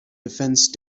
defense